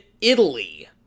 italy